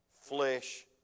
flesh